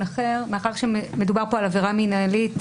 ומדובר על עבירה מנהלית,